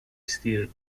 stirred